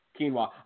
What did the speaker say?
quinoa